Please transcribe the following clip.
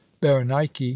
Berenike